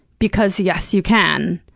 because yes, you can.